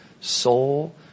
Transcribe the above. soul